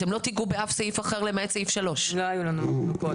אתם לא תגעו באף סעיף אחר למעט סעיף 3. לא היו לנו מחלוקות.